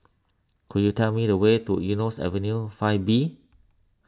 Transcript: could you tell me the way to Eunos Avenue five B